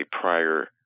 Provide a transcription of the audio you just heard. prior